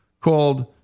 called